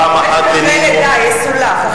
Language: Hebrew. פעם אחת, אחרי לידה, יסולח.